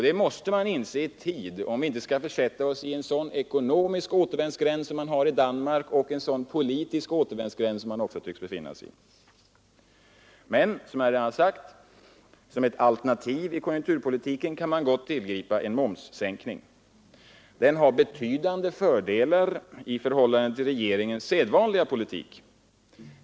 Det måste vi inse i tid, om vi inte skall försätta oss i en sådan ekonomisk och politisk återvändsgränd som man i Danmark befinner sig i. Men som ett alternativ i konjunkturpolitiken kan man gott, som jag redan sagt, tillgripa en momssänkning. Det har betydande fördelar i förhållande till regeringens sedvanliga politik.